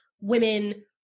women